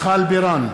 מיכל בירן,